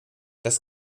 das